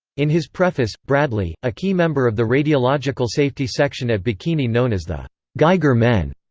in his preface, bradley, a key member of the radiological safety section at bikini known as the geiger men,